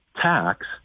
tax